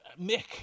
Mick